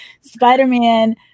Spider-Man